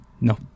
No